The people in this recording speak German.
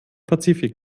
pazifik